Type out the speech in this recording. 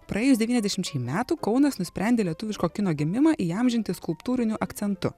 praėjus devyniasdešimčiai metų kaunas nusprendė lietuviško kino gimimą įamžinti skulptūriniu akcentu